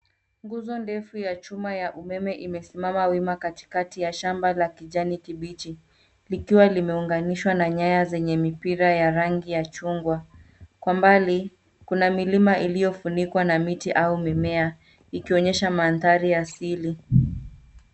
Nguzo ndefu ya chuma ya umeme imesimama wima katikati ya shamba la kijani kibichi, likiwa limeunganishwa na nyaya zenye mipira ya rangi ya chungwa. Kwa mbali, kuna milima iliyofunikwa na miti au mimea, ikionyesha mandhari ya asili.